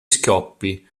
scoppi